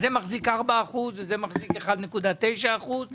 אז זה מחזיק 4% וזה מחזיק 1.9% ,